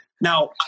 Now